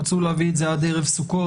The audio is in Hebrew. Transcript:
הם רצו להביא את זה עד ערב סוכות,